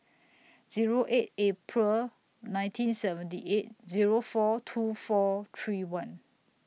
Zero eight April nineteen seventy eight Zero four two four three one